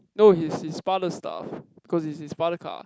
no his his father stuff cause it's his father car